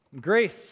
Grace